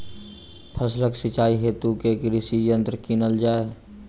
फसलक सिंचाई हेतु केँ कृषि यंत्र कीनल जाए?